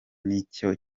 nicyo